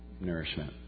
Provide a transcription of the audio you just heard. nourishment